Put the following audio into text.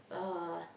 uh